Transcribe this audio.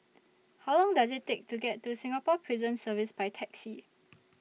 How Long Does IT Take to get to Singapore Prison Service By Taxi